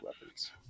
weapons